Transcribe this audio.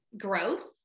growth